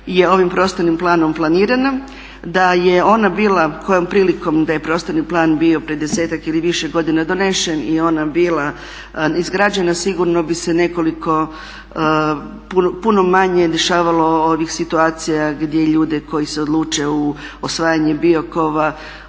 je ovim prostornim planom planirana, da je ona bila kojom prilikom da je prostorni plan bio pred desetak ili više godina donesen i ona bila izgrađena sigurno bi se nekoliko puno manje dešavalo ovih situacija gdje ljude koji se odluče u osvajanje Biokova